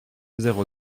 zéro